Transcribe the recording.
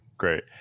Great